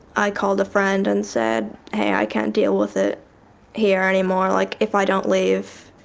i called a friend and said, hey, i can't deal with it here anymore. like if i don't leave,